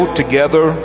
together